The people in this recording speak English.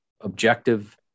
objective